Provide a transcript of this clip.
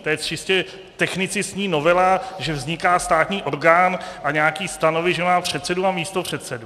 To je čistě technicistní novela, že vzniká státní orgán a nějaké stanovy, že má předsedu a místopředsedu.